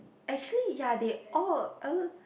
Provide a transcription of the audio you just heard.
actually ya they all al~